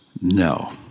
No